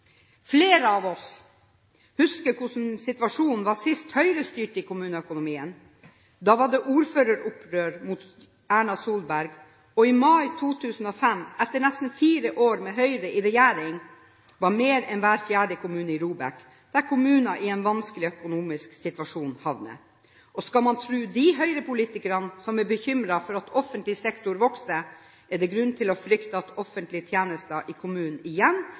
Flere av oss husker hvordan situasjonen var sist Høyre styrte kommuneøkonomien. Da var det ordføreropprør mot Erna Solberg, og i mai 2005, etter nesten fire år med Høyre i regjering, var mer enn hver fjerde kommune i ROBEK, der kommuner i en vanskelig økonomisk situasjon havner. Skal man tro de Høyre-politikerne som er bekymret for at offentlig sektor vokser, er det grunn til å frykte at offentlige tjenester i kommunene igjen